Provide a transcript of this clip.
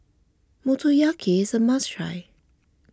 Motoyaki is a must try